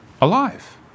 alive